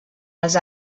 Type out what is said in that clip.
els